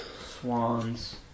Swans